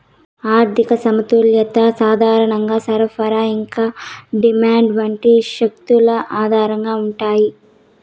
ఆర్థిక సమతుల్యత సాధారణంగా సరఫరా ఇంకా డిమాండ్ వంటి శక్తుల ఆధారంగా ఉంటాయి